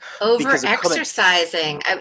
Over-exercising